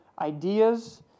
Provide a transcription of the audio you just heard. ideas